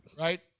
Right